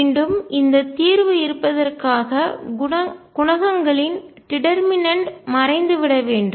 மீண்டும் இந்த தீர்வு இருப்பதற்க்காக குணகங்களின் டிடர்மீனட் மறைந்துவிட வேண்டும்